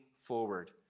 forward